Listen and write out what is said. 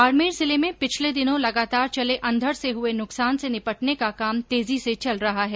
बाडमेर जिले में पिछले दिनों लगातार चले अंधड से हुए नुकसान से निपटने का काम तेजी से चल रहा है